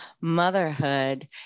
Motherhood